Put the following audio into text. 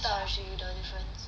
later I show you the difference